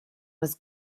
was